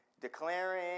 declaring